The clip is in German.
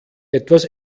etwas